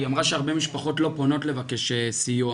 היא אמרה שהרבה משפחות לא פונות לבקש סיוע.